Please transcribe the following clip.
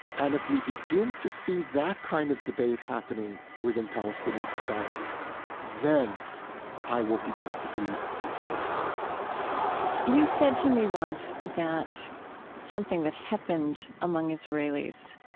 and if we begin to see that kind of debate happening within palestinian society then i will begin to be optimistic you said to me once that something that happened among israelis,